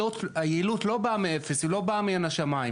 היעילות לא באה מאפס, לא באה מן השמיים.